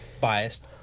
biased